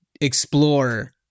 explore